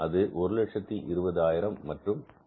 அது 120000 மற்றும் 100000